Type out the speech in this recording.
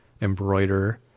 embroider